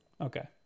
Okay